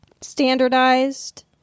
standardized